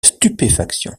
stupéfaction